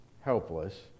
helpless